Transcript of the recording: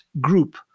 group